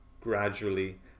gradually